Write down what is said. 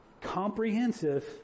comprehensive